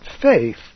faith